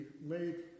made